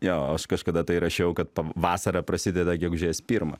jo aš kažkada tai rašiau kad vasara prasideda gegužės pirmą